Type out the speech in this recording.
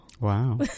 Wow